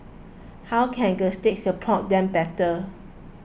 how can the state support them better